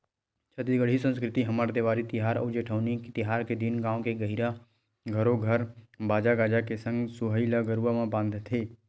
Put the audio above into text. छत्तीसगढ़ी संस्कृति हमर देवारी तिहार अउ जेठवनी तिहार के दिन गाँव के गहिरा घरो घर बाजा गाजा के संग सोहई ल गरुवा म बांधथे